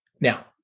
Now